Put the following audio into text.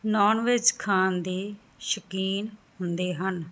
non veg ਖਾਨ ਦੇ ਸ਼ੌਂਕੀਨ ਹੁੰਦੇ ਹਨ